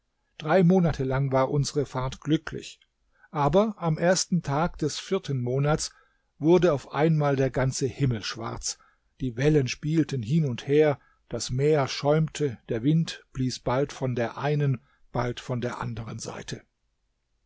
drei monate lang war unsere fahrt glücklich aber am ersten tage des vierten monats wurde auf einmal der ganze himmel schwarz die wellen spielten hin und her das meer schäumte der wind blies bald von der einen bald von der anderen seite